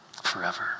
Forever